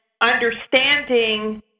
understanding